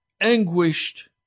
anguished